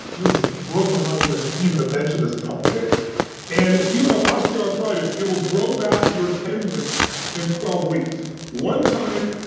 this blows my mind even even to mention this part today and if you have osteoarthritis, it will grow back your tendons in twelve weeks, one time,